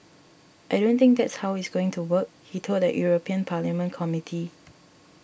I don't think that's how it's going to work he told a European Parliament Committee